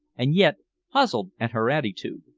and yet puzzled at her attitude.